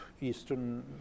Eastern